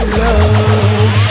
love